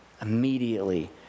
immediately